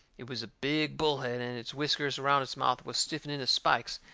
it was a big bullhead, and its whiskers around its mouth was stiffened into spikes,